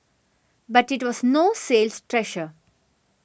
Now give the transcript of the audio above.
but it was no sales treasure